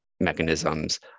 mechanisms